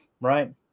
right